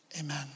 amen